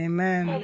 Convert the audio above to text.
Amen